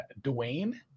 Dwayne